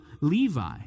Levi